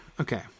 Okay